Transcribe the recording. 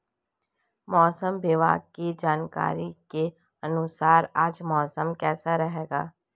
मौसम विभाग की जानकारी के अनुसार आज मौसम कैसा रहेगा?